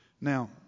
Now